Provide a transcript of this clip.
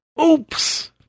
Oops